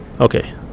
Okay